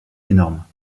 énormes